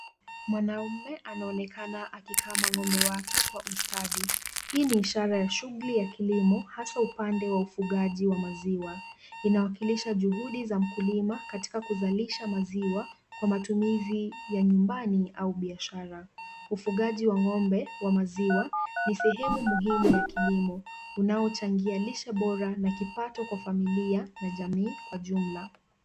Mwanaume anaonekana akikama ng'ombe wake kwa ustadi . Hii ni ishara ya shughuli ya kilimo haswa upande wa ufugaji wa maziwa. inawakilisha juhudi za mkulima katika kuzalisha maziwa kwa matumizi ya nyumbani au biashara. Ufugaji wa ng'ombe wa maziwa ni sehemu muhimu ya kilimo unaochangia lishe bora na kipato kwa familia na jamii kwa jumla.